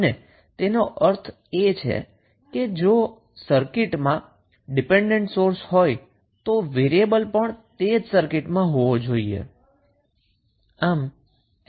અને તેનો અર્થ એ કે જો સર્કિટમાં ડિપેન્ડન્ટ સોર્સ હોય તો વેરીએબલ પણ તે જ સર્કિટમાં હોવો જોઈએ